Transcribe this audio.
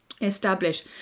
establish